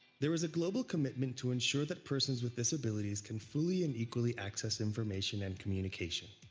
there is a global commitment to ensure that persons with disabilities can fully and equally access information and communication.